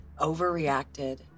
overreacted